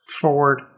Forward